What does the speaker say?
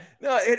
no